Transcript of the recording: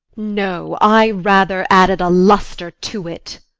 no i rather added a lustre to it.